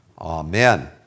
amen